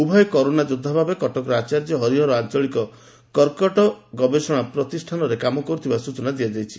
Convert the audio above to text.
ଉଭୟ କୋରୋନା ଯୋବ୍ଧା ଭାବେ କଟକର ଆଚାର୍ଯ୍ୟ ହରିହର ଆଞଳିକ କର୍କଟ ଗବେଷଣା ପ୍ରତିଷାନରେ କାମ କର୍ଥିବା ସ୍ଚନା ଦିଆଯାଇଛି